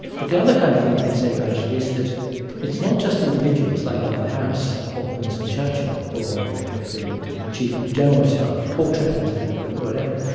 but the other kind of thing you could say about it is that it's not just individuals like arthur harris or winston churchill or the chief of the general staff, portal, who was the head of the royal air force,